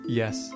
yes